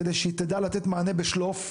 כדי שהיא תדע לתת מענה בשלוף.